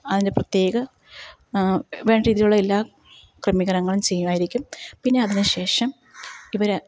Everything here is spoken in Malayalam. അതിന് പ്രത്യേക വേണ്ട രീതിയിലുള്ള എല്ലാ ക്രമീകരങ്ങളും ചെയ്യുമായിരിക്കും പിന്നതിന് ശേഷം ഇവരെ